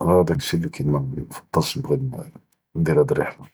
האד אלשי לי מكنפדלש נבגי נ.